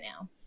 now